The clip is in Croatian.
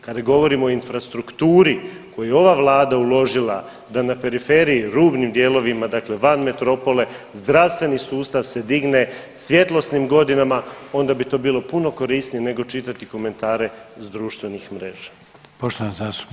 Kada govorimo o infrastrukturi u koju je ova vlada uložila da na periferiji, rubnim dijelovima, dakle van metropole, zdravstveni sustav se digne svjetlosnim godinama onda bi to bilo puno korisnije nego čitati komentare s društvenih mreža.